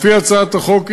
לפי הצעת החוק,